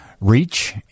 reach